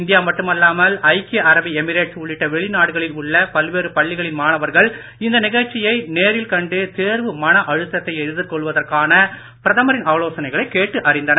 India மட்டுமல்லாமல் ஐக்கிய அரபு எமிரேட்ஸ் உள்ளிட்ட வெளிநாடுகள் உள்ள பல்வேறு பள்ளிகளின் மாணவர்கள் இந்த நிகழ்ச்சியை நேரில் கண்டு தேர்வு மனஅழுத்தத்தை எதிர்கொள்வதற்கான பிரதமரின் ஆலோசனைகளை கேட்டு அறிந்தனர்